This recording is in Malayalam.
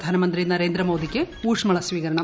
പ്രധാനമന്ത്രി നരേന്ദ്രമോദിക്ക് ഊഷ്മളസ്വീകരണം